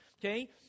Okay